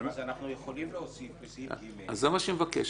אז אנחנו יכולים להוסיף לסעיף (ג) --- זה מה שהיא מבקשת.